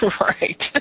Right